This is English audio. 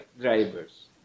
drivers